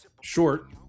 short